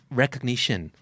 recognition